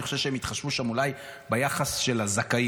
אני חושב שהם אולי התחשבו שם ביחס של הזכאים,